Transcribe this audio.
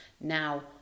now